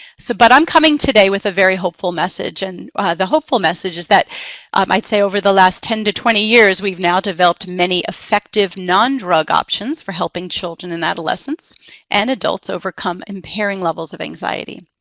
so but i'm coming today with a very hopeful message, and the hopeful message is that um i'd say over the last ten to twenty years, we've now developed many affective non-drug options for helping children and adolescents and adults overcome impairing levels of anxiety.